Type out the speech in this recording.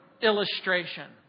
illustration